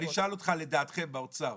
כמה לדעתכם באוצר